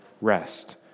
rest